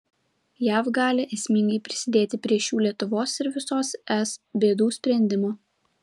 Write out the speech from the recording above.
jav gali esmingai prisidėti prie šių lietuvos ir visos es bėdų sprendimo